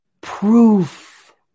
proof